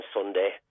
Sunday